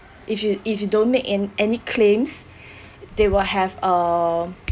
if you if you don't make any any claims they will have uh